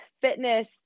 fitness